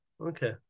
Okay